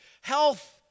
Health